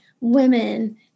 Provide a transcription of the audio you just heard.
women